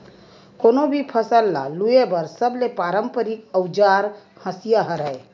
कोनो भी फसल ल लूए बर सबले पारंपरिक अउजार हसिया हरय